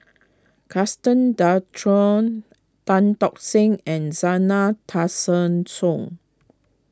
Gaston Dutro Tan Tock Seng and Zena Tessensohn